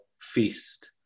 feast